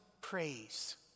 praise